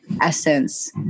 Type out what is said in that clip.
essence